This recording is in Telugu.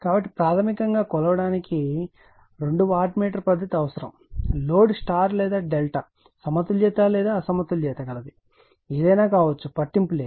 కాబట్టి ప్రాథమికంగా కొలవడానికి 2 వాట్ మీటర్ పద్ధతి అవసరం లోడ్ స్టార్ లేదా డెల్టా సమతుల్యత లేదా అసమతుల్యత గలది అయినా కావచ్చు పట్టింపు లేదు